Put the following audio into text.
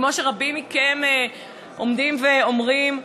כמו שרבים מכם עומדים ואומרים,